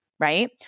Right